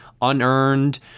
unearned